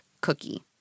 cookie